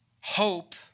Hope